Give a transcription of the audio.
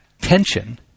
tension